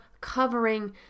covering